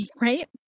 right